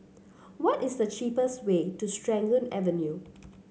what is the cheapest way to Serangoon Avenue